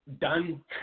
done